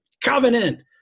covenant